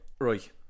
right